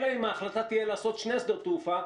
אלא אם ההחלטה תהיה לעשות שני שדות תעופה,